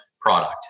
product